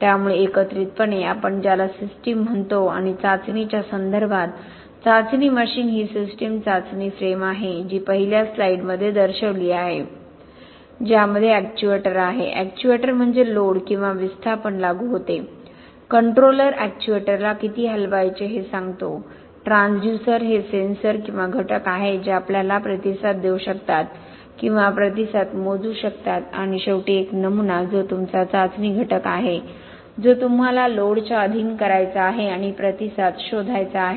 त्यामुळे एकत्रितपणे आपण ज्याला सिस्टम म्हणतो आणि चाचणीच्या संदर्भात चाचणी मशीन ही सिस्टम चाचणी फ्रेम आहे जी पहिल्या स्लाइडमध्ये दर्शविली आहे ज्यामध्ये एक्च्युएटर आहे एक्च्युएटर म्हणजे लोड किंवा विस्थापन लागू होते कंट्रोलर एक्च्युएटरला किती हलवायचे हे सांगतो ट्रान्सड्यूसर हे सेन्सर किंवा घटक आहेत जे आपल्याला प्रतिसाद देऊ शकतात किंवा प्रतिसाद मोजू शकतात आणि शेवटी एक नमुना जो तुमचा चाचणी घटक आहे जो तुम्हाला लोडच्या अधीन करायचा आहे आणि प्रतिसाद शोधायचा आहे